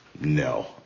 no